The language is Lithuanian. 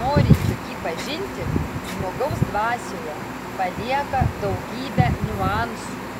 norinčio jį pažinti žmogaus dvasioje palieka daugybę niuansų